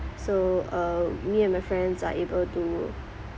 so uh me and my friends are able to